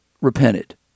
repented